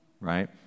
right